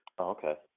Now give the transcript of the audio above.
Okay